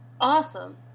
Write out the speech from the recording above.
awesome